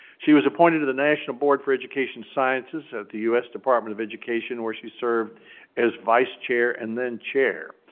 she was appointed to the national board for education sciences at the u s. department of education, where she served as vice chair and then chair.